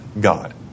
God